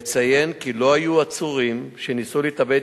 יש לציין כי לא היו עצורים שניסו להתאבד